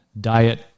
Diet